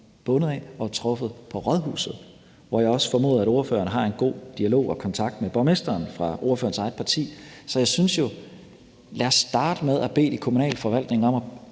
der var truffet på rådhuset, hvor jeg også formoder at ordføreren har en god dialog og kontakt med borgmesteren fra ordførerens eget parti. Så lad os starte med at bede de kommunale forvaltninger om at